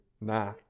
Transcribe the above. nah